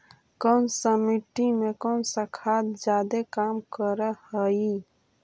कौन सा मिट्टी मे कौन सा खाद खाद जादे काम कर हाइय?